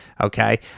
Okay